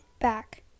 back